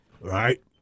Right